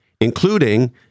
including